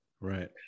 Right